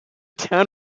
town